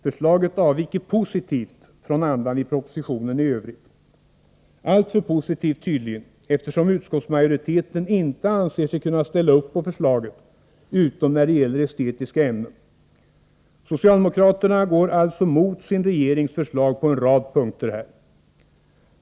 Förslaget avviker positivt från andan i propositionen i övrigt — alltför positivt tydligen, eftersom utskottsmajoriteten inte anser sig kunna ställa upp bakom förslaget utom när det gäller estetiska ämnen. Socialdemokraterna går alltså mot sin regerings förslag på en rad punkter här.